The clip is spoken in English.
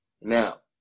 Now